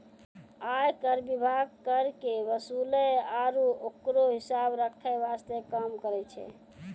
आयकर विभाग कर के वसूले आरू ओकरो हिसाब रख्खै वास्ते काम करै छै